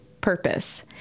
purpose